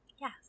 Yes